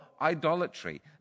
idolatry